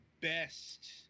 best